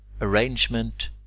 arrangement